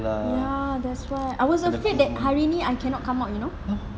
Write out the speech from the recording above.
ya that's why I was afraid that hari ini I cannot come out you know